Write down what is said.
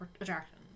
attractions